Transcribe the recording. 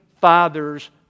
Father's